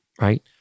right